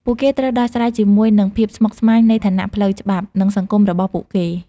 ពួកគេត្រូវដោះស្រាយជាមួយនឹងភាពស្មុគស្មាញនៃឋានៈផ្លូវច្បាប់ និងសង្គមរបស់ពួកគេ។